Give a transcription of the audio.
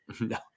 No